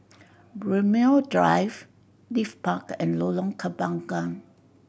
Braemar Drive Leith Park and Lorong Kembagan